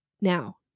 Now